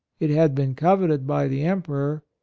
it had been coveted by the emperor.